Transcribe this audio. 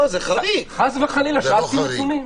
חס וחלילה, שאלתי נתונים.